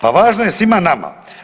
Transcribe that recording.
Pa važno je svima nama.